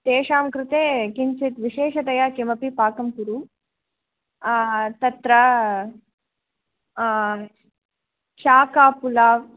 तेषां कृते किञ्चित् विशेषतया किमपि पाकं कुरु आहा तत्र शाखापुलाव्